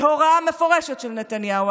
בהוראה מפורשת של נתניהו,